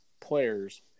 players